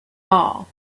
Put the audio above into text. all